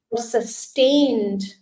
sustained